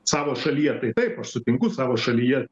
savo šalyje tai taip aš sutinku savo šalyje